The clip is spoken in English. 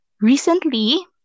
recently